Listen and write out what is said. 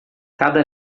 cada